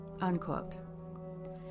unquote